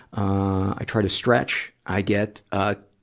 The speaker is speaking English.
i try to stretch. i get a,